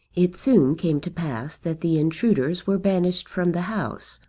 it soon came to pass that the intruders were banished from the house,